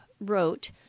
wrote